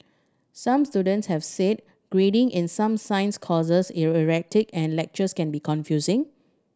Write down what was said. some students have said grading in some science courses is erratic and lectures can be confusing